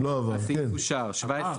הצבעה אושר עבר.